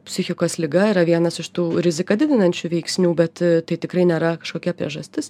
psichikos liga yra vienas iš tų riziką didinančių veiksnių bet tai tikrai nėra kažkokia priežastis